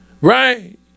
right